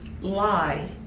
lie